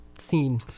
Scene